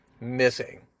missing